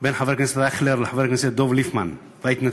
בין חבר הכנסת אייכלר לחבר הכנסת דב ליפמן וההתנצלות.